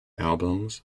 albums